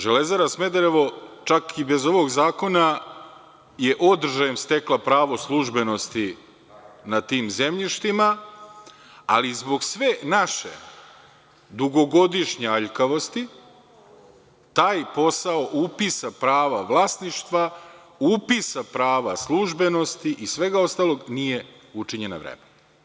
Železara“ Smederevo, čak i bez ovog zakona, je održajem stekla pravo službenosti nad tim zemljištem, ali zbog sve naše dugogodišnje aljkavosti, taj posao upisa prava vlasništva, upisa prava službenosti i svega ostalog nije učinjen na vreme.